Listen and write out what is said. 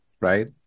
right